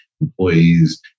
employees